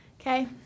Okay